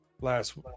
last